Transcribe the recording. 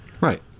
Right